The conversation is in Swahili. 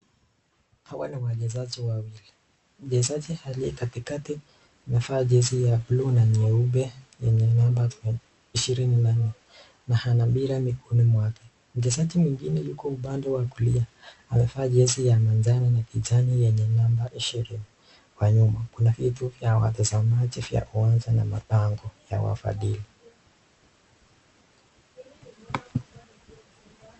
Hawa ni wachezaji Wa wawili .Mchezaji aliye katikati amevaa jezi ya buluu na nyeupe yenye number : ishirini na nne . Ana mpira miguuni mwake . Mchezaji mwingine Yuko Upande Wa kulia amevaa jezi ya manjano na kijani yenye (number) ishirini kwa nyuma . Kuna vitu za watazamia na mabango ya wafadhili.